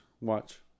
Watch